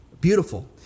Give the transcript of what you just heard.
Beautiful